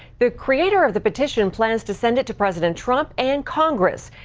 the creator of the petition plans to sent it to president trump and congress.